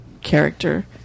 character